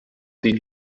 den